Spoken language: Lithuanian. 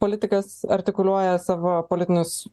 politikas artikuliuoja savo politinius